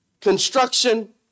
Construction